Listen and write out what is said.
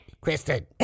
Kristen